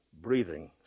breathing